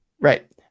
Right